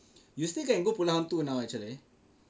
you still can go pulau hantu now actually